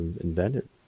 invented